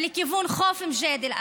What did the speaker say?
ולכיוון חוף מג'דל,